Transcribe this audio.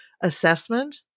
assessment